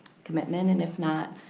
commitment, and if not,